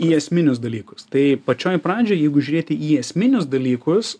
į esminius dalykus tai pačioj pradžioj jeigu žiūrėti į esminius dalykus